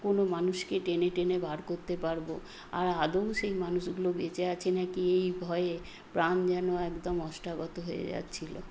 কোনো মানুষকে টেনে টেনে বার করতে পারব আর আদৌ সেই মানুষগুলো বেঁচে আছে না কি এই ভয়ে প্রাণ যেন একদম ওষ্ঠাগত হয়ে যাচ্ছিল